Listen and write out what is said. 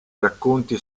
racconti